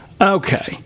Okay